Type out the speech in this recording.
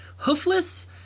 Hoofless